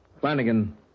Flanagan